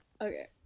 okay